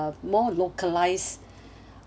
a more localised